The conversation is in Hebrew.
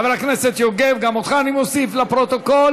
ואת חבר הכנסת מוטי יוגב.